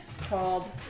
called